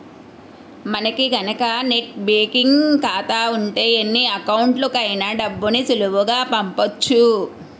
మనకి గనక net banking ఖాతా ఉంటే ఎన్ని అకౌంట్లకైనా డబ్బుని సులువుగా పంపొచ్చు